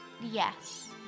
Yes